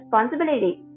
responsibility